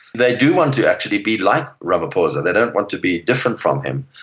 they do want to actually be like ramaphosa, they don't want to be different from him,